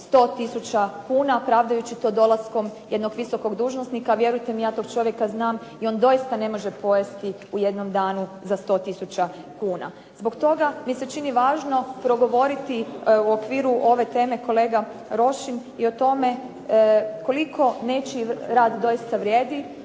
100 tisuća kuna, pravdajući to dolaskom jednog visokog dužnosnika. Vjerujte mi ja toga čovjeka znam i on doista ne može pojesti u jednom danu za 100 tisuća kuna. Zbog toga mi se čini važno progovoriti u okviru ove teme kolega Rošin i o tome koliko nečiji rad doista vrijedi,